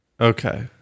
okay